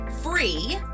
free